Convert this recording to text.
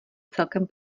celkem